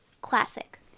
Classic